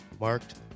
marked